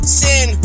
sin